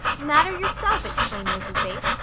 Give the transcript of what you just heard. matter, yourself! exclaimed mrs. bates.